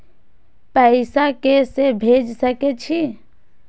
पैसा के से भेज सके छी?